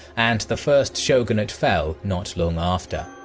and the first shogunate fell not long after.